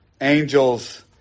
Angels